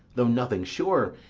though nothing sure,